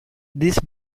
these